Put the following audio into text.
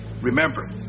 Remember